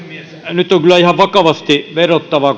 nyt on kyllä ihan vakavasti vedottava